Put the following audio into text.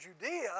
Judea